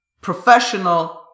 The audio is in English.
professional